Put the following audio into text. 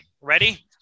Ready